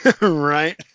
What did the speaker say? Right